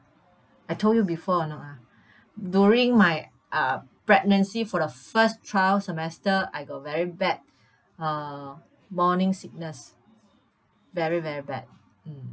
I told you before or not ah during my uh pregnancy for the first trial semester I got very bad uh morning sickness very very bad mm